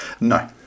No